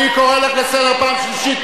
אני קורא אותך לסדר פעם שנייה.